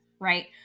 Right